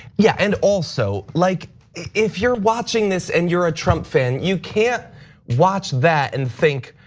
yeah. and also, like if you're watching this and you're a trump fan you can't watch that and think,